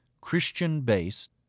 Christian-based